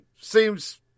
seems